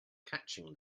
catching